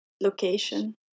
location